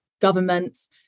governments